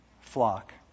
flock